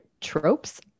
tropes